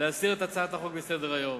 להסיר את הצעת החוק מסדר-היום.